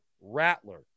Rattler